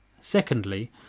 Secondly